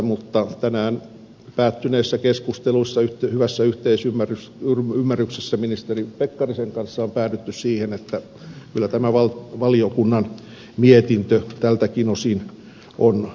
mutta tänään päättyneessä keskustelussa hyvässä yhteisymmärryksessä ministeri pekkarisen kanssa on päädytty siihen että kyllä tämä valiokunnan mietintö tältäkin osin on pitävä